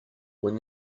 when